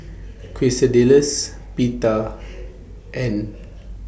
Quesadillas Pita and